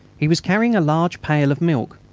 he was carrying a large pail of milk.